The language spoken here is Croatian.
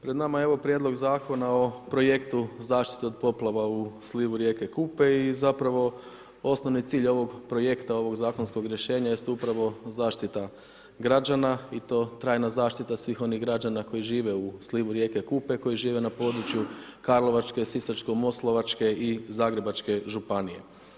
Pred nama je evo Prijedlog zakona o projektu zaštite od poplava u slivu rijeke Kupe i zapravo osnovni cilj ovog projekta, ovog zakonskog projekta jest upravo zaštita građana i to trajna zaštita svih onih građana koji žive u slivu rijeke Kupe, koji žive na području Karlovačke, Sisačko-moslavačke i Zagrebačke županije.